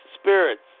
spirits